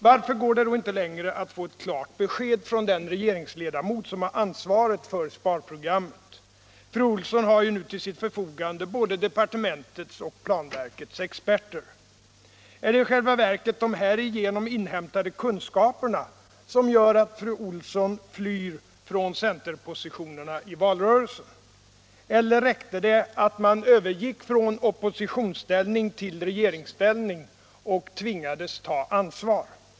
Varför går det då inte längre att få ett klart besked från den regeringsledamot som har ansvaret för sparprogrammet? Fru Olsson har ju nu till sitt förfogande både departementets och planverkets experter. Är det i själva verket de härigenom inhämtade kunskaperna som gör att fru Olsson flyr från centerpositionerna i valrörelsen, eller räckte det att man övergick från oppositionsställning till regeringsställning och tvingades ta ansvar?